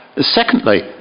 Secondly